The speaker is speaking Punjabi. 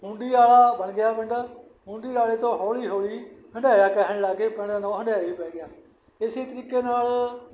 ਹੁੰਡੀ ਆਲਾ ਬਣ ਗਿਆ ਪਿੰਡ ਹੁੰਡੀ ਆਲੇ ਤੋਂ ਹੌਲੀ ਹੌਲੀ ਹੰਡਾਇਆ ਕਹਿਣ ਲੱਗਗੇ ਪਿੰਡ ਦਾ ਨਾਂ ਹੰਡਾਇਆ ਹੀ ਪੈ ਗਿਆ ਇਸੇ ਤਰੀਕੇ ਨਾਲ